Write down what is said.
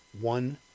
one